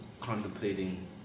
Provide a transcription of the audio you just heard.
contemplating